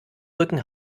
rücken